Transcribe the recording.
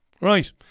Right